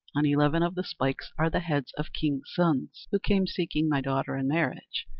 on eleven of the spikes are the heads of kings' sons who came seeking my daughter in marriage,